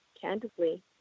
candidly